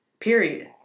Period